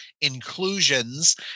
inclusions